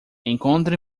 encontre